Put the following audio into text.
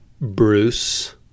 Bruce